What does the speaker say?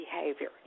behavior